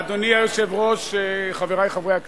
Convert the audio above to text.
אדוני היושב-ראש, חברי חברי הכנסת,